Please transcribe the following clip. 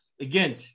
again